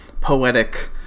poetic